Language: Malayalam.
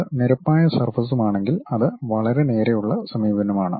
അത് നിരപ്പായ സർഫസുമാണെങ്കിൽ അത് വളരെ നേരെയുള്ള സമീപനമാണ്